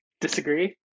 disagree